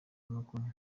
nuko